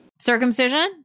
circumcision